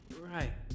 Right